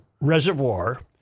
Reservoir